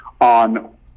on